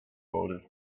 wrote